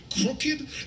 crooked